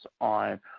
on